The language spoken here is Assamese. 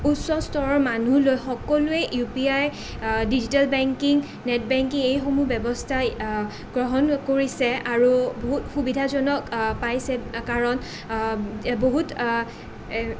উচ্চ স্তৰৰ মানুহলৈ সকলোৱে U P I digital banking net banking এইসমূহ ব্যৱস্থাই গ্ৰহণ কৰিছে আৰু বহুত সুবিধাজনক পাইছে কাৰণ বহুত